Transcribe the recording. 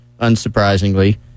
unsurprisingly